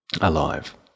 alive